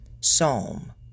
Psalm